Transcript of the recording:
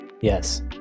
yes